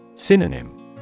Synonym